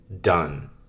Done